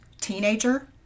teenager